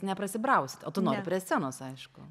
neprasibrausit o tu nori prie scenos aišku